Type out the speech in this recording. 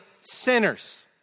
sinners